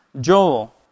Joel